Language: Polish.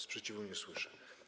Sprzeciwu nie słyszę.